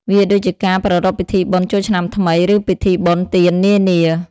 វាដូចជាការប្រារព្ធពិធីបុណ្យចូលឆ្នាំថ្មី ឬពិធីបុណ្យទាននានា។